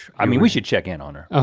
i mean we should check in on her. ah